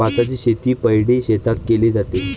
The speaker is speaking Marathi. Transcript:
भाताची शेती पैडी शेतात केले जाते